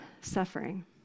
suffering